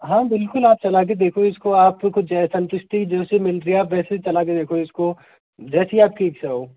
हाँ बिल्कुल आप चला कर देखो इसको आपको जैसे संतुष्टि मिल रही है आप वैसे चला के देखो इसको जैसी आपकी जैसी इच्छा हो